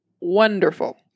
Wonderful